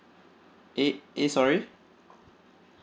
A A sorry